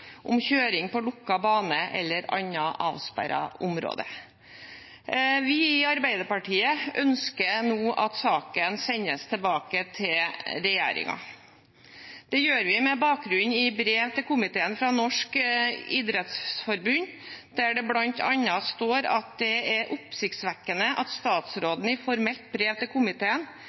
om kjøring på lukket bane eller annet avsperret område. Vi i Arbeiderpartiet ønsker nå at saken sendes tilbake til regjeringen. Det gjør vi med bakgrunn i brev til komiteen fra Norges idrettsforbund, der det bl.a. står at det er «oppsiktsvekkende at statsråden i formelt brev til